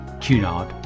Cunard